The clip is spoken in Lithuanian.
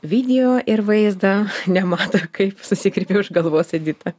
video ir vaizdą nemato kaip susigriebia už galvos edita